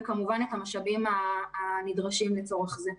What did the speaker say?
וגם את המשאבים הנדרשים לצורך זה.